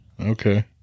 Okay